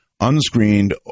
unscreened